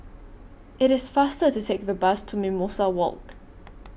IT IS faster to Take The Bus to Mimosa Walk